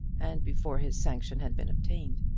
and before his sanction had been obtained.